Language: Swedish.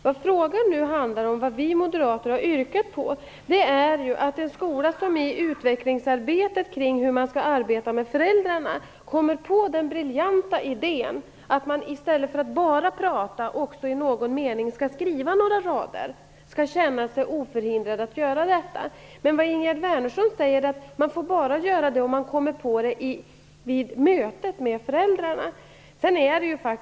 Det frågan handlar om, och det vi moderater har yrkat på, är att en skola som i utvecklingsarbetet kring hur man skall arbeta med föräldrarna kommer på den briljanta idén att man i stället för att bara prata också skall skriva några rader skall känna sig oförhindrade att göra detta. Men vad Ingegerd Wärnersson säger är att man bara får göra detta om man kommer på det vid mötet med föräldrarna.